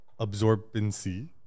absorbency